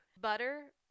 Butter